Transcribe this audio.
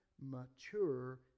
mature